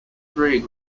three